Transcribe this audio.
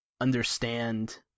understand